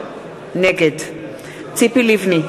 נגד ציפי לבני,